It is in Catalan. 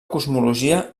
cosmologia